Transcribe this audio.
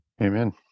Amen